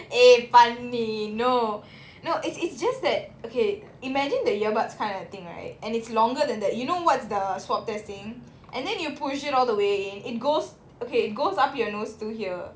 eh funny no no it's it's just that okay imagine the earbuds kind of thing right and it's longer than that you know what's the swab testing and then you push it all the way in it goes okay it goes up your nose to here